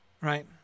Right